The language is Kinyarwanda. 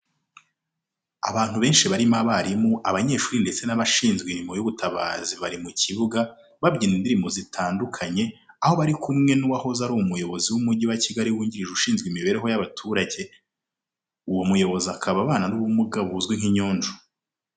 Abantu benshi barimo abarimu, abanyeshuri ndetse n'abashinzwe imirimo y'ubutabazi bari mu kibuga, babyina indirimbo zitandukanye aho bari kumwe n'uwahoze ari umuyobozi w'Umujyi wa Kigali wungirije ushinzwe imibereho y'abaturage. Uwo muyobozi akaba abana n'ubumuga buzwi nk'inyonjo.